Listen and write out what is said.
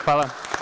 Hvala.